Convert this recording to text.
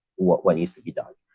what what needs to be done?